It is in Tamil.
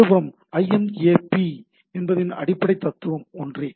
மறுபுறம் IMAP v4 என்பதின் அடிப்படை தத்துவம் ஒன்றே